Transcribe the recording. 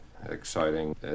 exciting